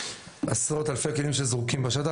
עשרות אלפי כלים שזרוקים בשטח,